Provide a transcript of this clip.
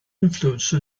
influence